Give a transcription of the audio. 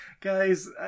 guys